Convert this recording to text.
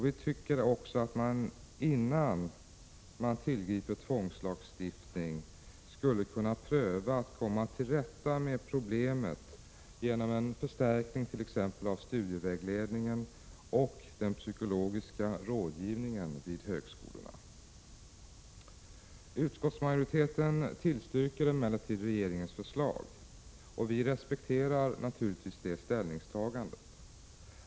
Vi tycker också att man innan man tillgriper tvångslagstiftning skulle kunna pröva att komma till rätta med problemet genom en förstärkning t.ex. av studievägledningen och den psykologiska rådgivningen vid högskolorna. Utskottsmajoriteten tillstyrker emellertid regeringens förslag. Vi respekterar naturligtvis det ställningstagandet.